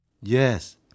Yes